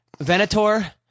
Venator